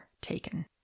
taken